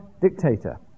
dictator